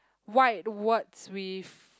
white words with